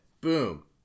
boom